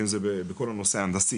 ואם זה בכל הנושא ההנדסי